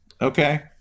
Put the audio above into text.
Okay